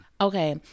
Okay